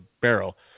barrel